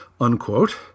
unquote